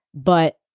but